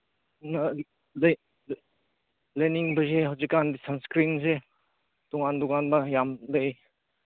ꯂꯩꯅꯤꯡꯕꯁꯦ ꯍꯧꯖꯤꯛꯀꯥꯟꯗꯤ ꯁꯟꯏꯁꯀ꯭ꯔꯤꯟꯁꯦ ꯇꯣꯉꯥꯟ ꯇꯣꯉꯥꯟꯕ ꯌꯥꯝ ꯂꯩ